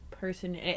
Person